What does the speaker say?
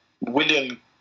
William